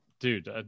Dude